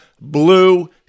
Blue